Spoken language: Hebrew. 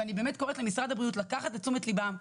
ואני באמת קוראת למשרד הבריאות לקחת לתשומת ליבם,